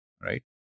right